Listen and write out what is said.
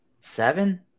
Seven